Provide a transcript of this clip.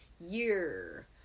year